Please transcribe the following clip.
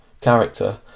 character